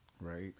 Right